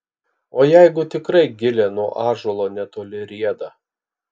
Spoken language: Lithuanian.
o jeigu tikrai gilė nuo ąžuolo netoli rieda